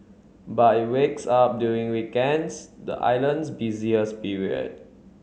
but it wakes up during weekends the island's busiest period